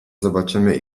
zobaczymy